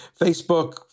Facebook